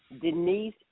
Denise